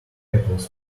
apples